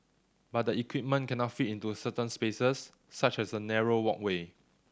but the equipment cannot fit into certain spaces such as a narrow walkway